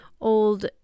old